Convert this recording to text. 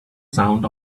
sound